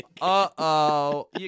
Uh-oh